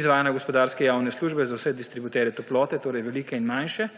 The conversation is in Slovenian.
izvajanja gospodarske javne službe za vse distributerje toplote, torej velike in manjše,